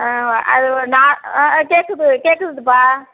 அது வ நா ஆ ஆ கேட்குது கேட்குதுதுப்பா